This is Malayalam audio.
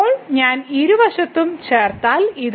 ഇപ്പോൾ ഞാൻ ഇരുവശവും ചേർത്താൽ ഈ